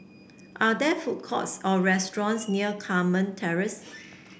are there food courts or restaurants near Carmen Terrace